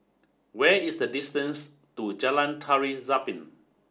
what is the distance to Jalan Tari Zapin